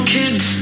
kids